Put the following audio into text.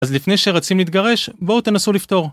אז לפני שרצים להתגרש, בואו תנסו לפתור.